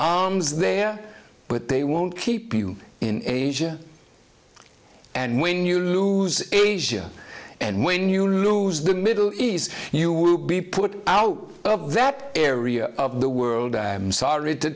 is there but they won't keep you in and when you lose asia and when you lose the middle east you will be put out of that area of the world i am sorry to